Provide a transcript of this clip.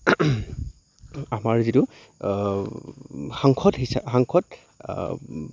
আমাৰ যিটো সাংসদ হিচা সাংসদ